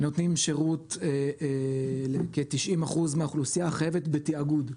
נותנים שירות כ-90% מהאוכלוסייה החייבת בתיאגוד.